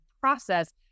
process